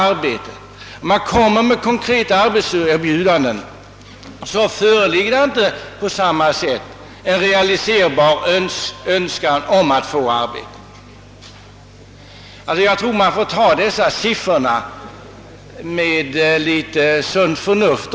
När man då kommit med konkreta erbjudanden, har det inte förelegat någon realiserbar önskan om att få arbete. De siffror som föreligger får därför läsas med litet urskiljning.